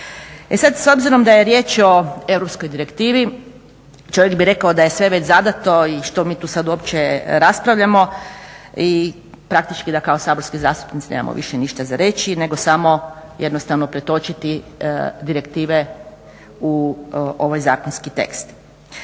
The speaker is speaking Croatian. E sad, s obzirom da je riječ o europskoj direktivi čovjek bi rekao da je sve već zadato i što mi tu sad uopće raspravljamo i praktički da kao saborski zastupnici nemamo više ništa za reći nego samo jednostavno pretočiti direktive u ovaj zakonski tekst.